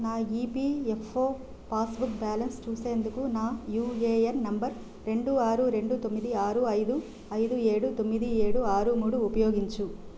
నా EPFO passbook balance చూసేందుకు నా యూఏఎన్ నంబర్ రెండు ఆరు రెండు తొమ్మిది ఆరు అయిదు అయిదు ఏడు తొమ్మిది ఏడు ఆరు మూడు ఉపయోగించు